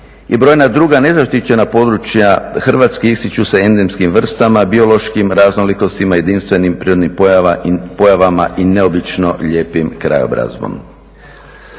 I brojna druga nezaštićena područja Hrvatske ističu se endemskim vrstama, biološkim raznolikostima, jedinstvenim prirodnim pojavama i neobično lijepim krajobrazom.